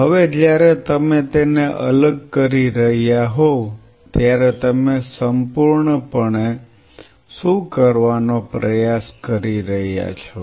હવે જ્યારે તમે તેને અલગ કરી રહ્યા હોવ ત્યારે તમે પૂર્ણપણે શું કરવાનો પ્રયાસ કરી રહ્યા છો